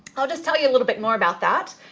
i'll just tell you a little bit more about that.